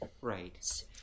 Right